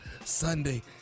Sunday